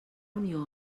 unió